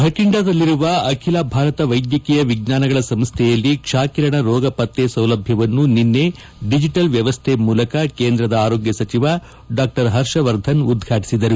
ಭಟಂಡಾದಲ್ಲಿರುವ ಅಖಿಲ ಭಾರತ ವೈದ್ಯಕೀಯ ವಿಜ್ಞಾನಗಳ ಸಂಸ್ವೆಯಲ್ಲಿ ಕ್ಷಕಿರಣ ರೋಗ ಪತ್ತೆ ಸೌಲಭ್ಯವನ್ನು ನಿನ್ನೆ ಡಿಜಿಟಲ್ ಮ್ನವಸ್ಥೆ ಮೂಲಕ ಕೇಂದ್ರದ ಆರೋಗ್ಗ ಸಚಿವ ಡಾ ಹರ್ಷವರ್ಧನ್ ಉದ್ವಾಟಿಸಿದರು